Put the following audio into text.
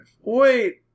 Wait